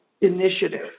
initiative